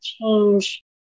change